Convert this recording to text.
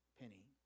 penny